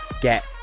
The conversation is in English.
get